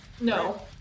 No